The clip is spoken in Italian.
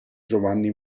giovanni